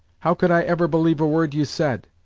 how could i ever believe a word you said?